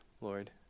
Lord